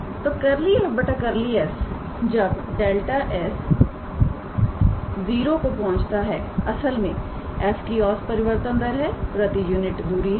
तो 𝜕𝑓 𝜕𝑠 जब 𝛿𝑠 → 0 असल में f की औसत परिवर्तन दर है प्रति यूनिट दूरी है